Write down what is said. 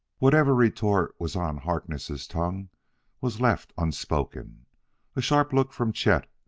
whatever retort was on harkness' tongue was left unspoken a sharp look from chet,